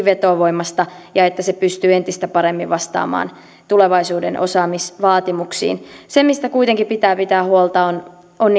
vetovoimaista ja että se pystyy entistä paremmin vastaamaan tulevaisuuden osaamisvaatimuksiin se mistä kuitenkin pitää pitää huolta on on